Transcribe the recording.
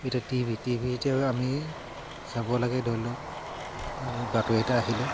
এতিয়া টিভি টিভিতে আমি চাব লাগে ধৰি লওক নিউ বাতৰি এটা আহিলে